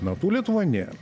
natų lietuvoj nėra